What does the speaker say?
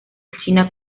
china